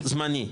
זמני.